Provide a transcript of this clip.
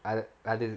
ah அது:athu